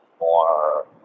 more